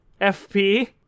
FP